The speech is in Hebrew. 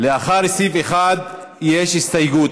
לאחר סעיף 1 יש הסתייגות.